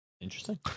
Interesting